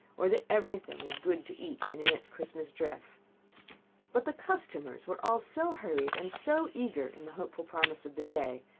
or that everything was good to eat and in its christmas dress but the customers were all so hurried and so eager in the hopeful promise of the day,